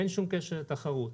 אין שום קשר לתחרות.